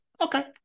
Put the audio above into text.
okay